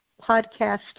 podcast